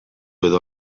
edo